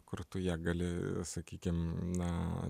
kur tu ją gali sakykim na